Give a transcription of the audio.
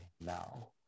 now